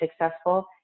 successful